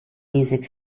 music